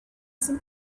some